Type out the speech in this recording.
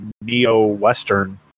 neo-western